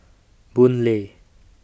Boon Lay